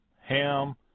Ham